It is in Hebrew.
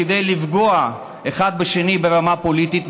כדי לפגוע אחד בשני ברמה הפוליטית,